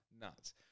Nuts